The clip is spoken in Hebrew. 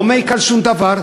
לא מעיק על שום דבר,